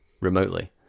remotely